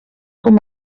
com